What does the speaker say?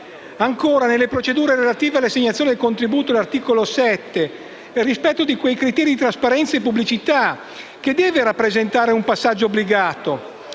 Ancora, nelle procedure relative all'assegnazione dei contributi (articolo 7), il rispetto dei criteri di trasparenza e pubblicità deve rappresentare un passaggio obbligato.